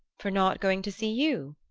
for not going to see you?